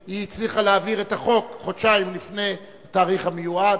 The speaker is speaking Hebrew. שהיא הצליחה להעביר את החוק חודשיים לפני התאריך המיועד.